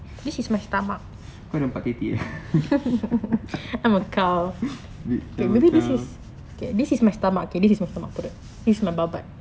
kau nampak tetek eh bitch I'm a cow